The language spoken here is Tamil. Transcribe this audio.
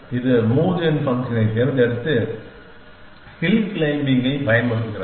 இது மூவ் ஜென் ஃபங்க்ஷனைத் தேர்ந்தெடுத்து ஹில் க்ளைம்பிங்கைப் பயன்படுத்துகிறது